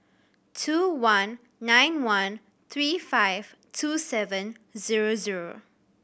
two one nine one three five two seven zero zero